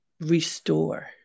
restore